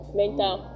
mental